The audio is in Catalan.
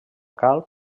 calp